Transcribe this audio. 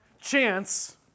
chance